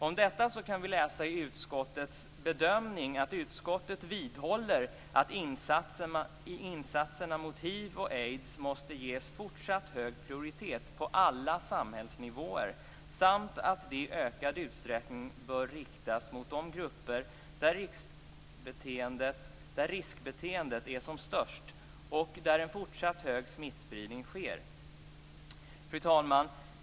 Om detta kan vi läsa i utskottets bedömning att utskottet vidhåller att insatserna mot hiv och aids måste ges fortsatt hög prioritet på alla samhällsnivåer samt att det i ökad utsträckning bör riktas mot de grupper där riskbeteendet är som störst och där en fortsatt stor smittspridning sker. Fru talman!